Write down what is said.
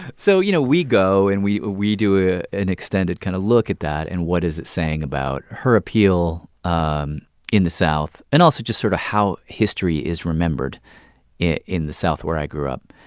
so, you know, we go and we we do ah an extended kind of look at that and what is it saying about her appeal um in the south and also just sort of how history is remembered in the south, where i grew up.